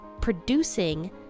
producing